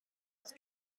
both